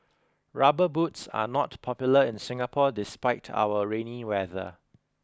rubber boots are not popular in Singapore despite our rainy weather